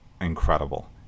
incredible